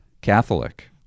Catholic